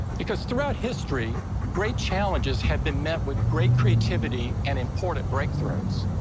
because throughout history, great challenges have been met with great creativity and important breakthroughs.